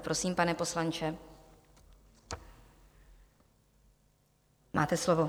Prosím, pane poslanče, máte slovo.